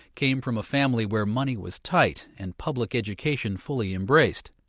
came from a family where money was tight and public education fully embraced.